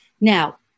Now